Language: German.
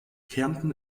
kärnten